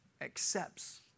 accepts